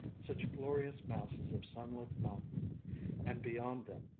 such glorious masses of sunlit mountain and beyond them,